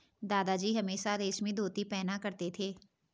दादाजी हमेशा रेशमी धोती ही पहना करते थे